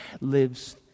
lives